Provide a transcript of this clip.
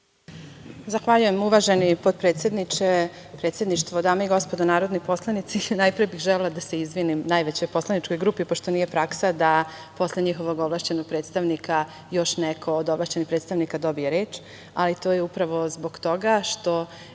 Zahvaljujem uvaženi potpredsedniče. Predsedništvo, dame i gospodo narodni poslanici, najpre bih želela da se izvinim najvećoj poslaničkoj grupi, pošto nije praksa da posle njihovog ovlašćenog predstavnika još neko od ovlašćenih predstavnika dobije reč, ali to je upravo zbog toga što